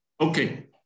Okay